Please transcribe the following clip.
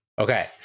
Okay